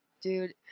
dude